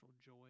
joy